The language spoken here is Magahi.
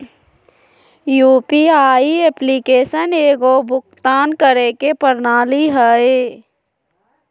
यु.पी.आई एप्लीकेशन एगो भुक्तान करे के प्रणाली हइ